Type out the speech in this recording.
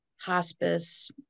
hospice